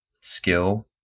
skill